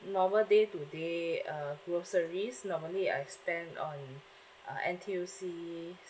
normal day to day uh groceries normally I spend on uh N_T_U_C